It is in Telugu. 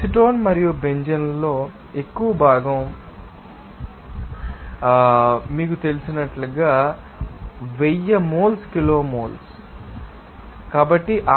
అసిటోన్ మరియు బెంజీన్లలో ఎక్కువ భాగం ఏమిటో మీరు మొదట తెలుసుకోవాలి ఎందుకంటే మొత్తం మొత్తం మీకు తెలుసు మీకు తెలిసినట్లుగా మీకు ఇవ్వబడింది 1000 మోల్స్ కిలోమోల్స్